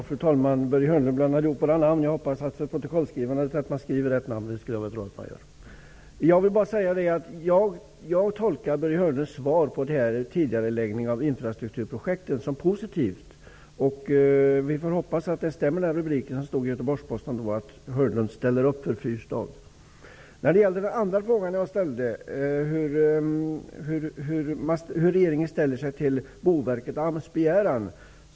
Fru talman! Jag tolkar Börje Hörnlunds svar på frågan om tidigareläggning av infrastrukturprojekt som positivt. Vi får hoppas att den rubrik som stod i Göteborgsposten -- Hörnlund ställer upp för Min andra fråga gällde hur regeringen ställer sig till Boverkets och AMS begäran.